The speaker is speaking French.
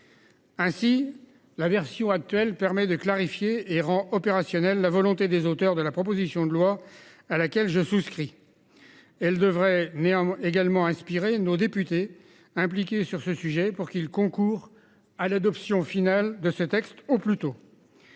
Ainsi la version actuelle permet de clarifier et rend opérationnels la volonté des auteurs de la proposition de loi à laquelle je souscris. Elle devrait néanmoins également inspiré nos députés impliqué sur ce sujet pour qu'ils concourent à l'adoption finale de ce texte au plus tôt.